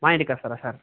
మా ఇంటికొస్తారా సార్